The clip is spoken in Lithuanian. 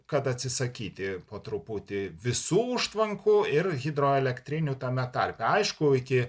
kad atsisakyti po truputį visų užtvankų ir hidroelektrinių tame tarpe aišku iki